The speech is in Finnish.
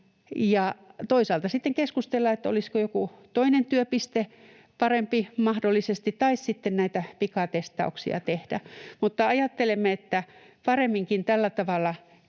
ja toisaalta sitten keskustella, olisiko joku toinen työpiste mahdollisesti parempi, tai sitten näitä pikatestauksia tehdä. Mutta ajattelemme, että paremminkin tällä tavalla